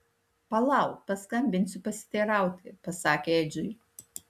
palauk paskambinsiu pasiteirauti pasakė edžiui